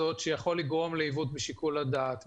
הזאת שיכול לגרום לעיוות בשיקול הדעת.